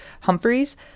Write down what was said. Humphreys